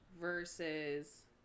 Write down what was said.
versus